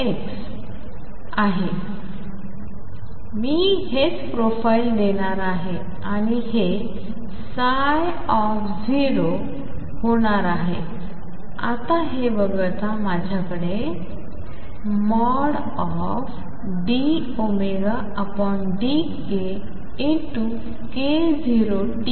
असे आहेतर मी हेच प्रोफाइल देणार आहे आणि हे 0 होणार आहे आता हे वगळता माझ्याकडे ।dωdk।k0t x